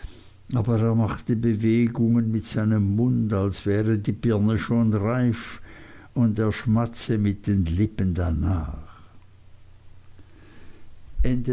aber er machte bewegungen mit seinem mund als wäre die birne schon reif und er schmatze mit den lippen danach